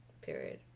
period